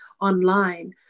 online